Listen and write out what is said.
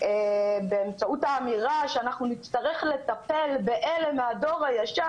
באמצעות האמירה שנצטרך לטפל באלה מהדור הישן,